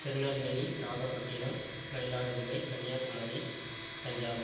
Tirunelveli Nagapattinam Mayiladuthurai Kanyakumari Thanjavur